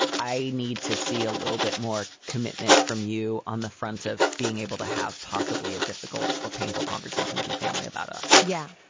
i need to see a little bit more commitment from you on the front of being able to have possibly a difficult or painful conversation with your family about us. yeah.